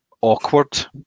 awkward